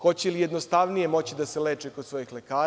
Hoće li jednostavnije moći da se leče kod svojih lekara?